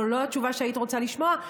או לא התשובה שהיית רוצה לשמוע,